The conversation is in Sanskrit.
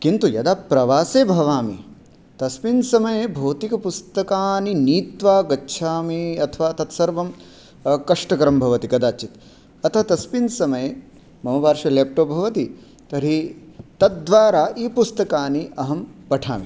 किन्तु यदा प्रवासे भवामि तस्मिन् समये भौतिकपुस्तकानि नीत्वा गच्छामि अथवा तत्सर्वं कष्टकरं भवति कदाचित् अतः तस्मिन् समये मम पार्श्वे लेप्टाप् भवति तर्हि तद्द्वारा ई पुस्तकानि अहं पठामि